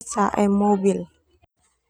Mobil.